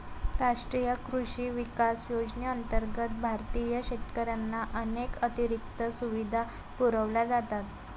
राष्ट्रीय कृषी विकास योजनेअंतर्गत भारतीय शेतकऱ्यांना अनेक अतिरिक्त सुविधा पुरवल्या जातात